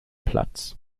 platz